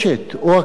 הפכו לדת.